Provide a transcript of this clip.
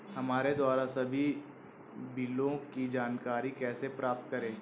हमारे द्वारा सभी बिलों की जानकारी कैसे प्राप्त करें?